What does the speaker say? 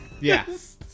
yes